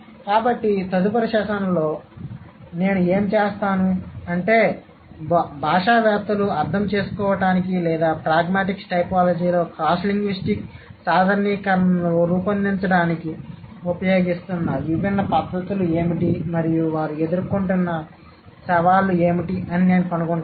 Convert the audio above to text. కాబట్టి తదుపరి సెషన్లో నేను ఏమి చేస్తాను అంటే భాషావేత్తలు అర్థం చేసుకోవడానికి లేదా ప్రాగ్మాటిక్స్ టైపోలాజీలో క్రాస్లింగ్విస్టిక్ సాధారణీకరణలను రూపొందించడానికి ఉపయోగిస్తున్న విభిన్న పద్ధతులు ఏమిటి మరియు వారు ఎదుర్కొంటున్న సవాళ్లు ఏమిటి అని నేను కనుగొంటాను